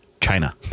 china